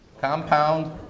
Compound